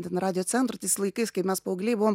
ten radijo centro tais laikais kai mes paaugliai buvom